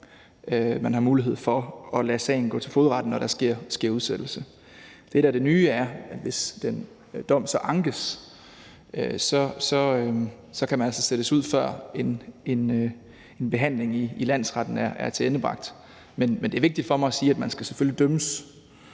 man har mulighed for at lade sagen gå til fogedretten, når der sker udsættelse. Det, der er det nye, er, at hvis den dom så ankes, kan man altså sættes ud, før en behandling i landsretten er tilendebragt. Men det er vigtigt for mig at sige, at man selvfølgelig skal dømmes,